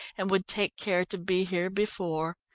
and would take care to be here before.